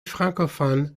francophones